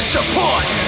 Support